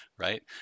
Right